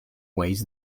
weighs